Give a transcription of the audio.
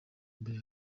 mbere